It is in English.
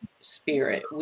spirit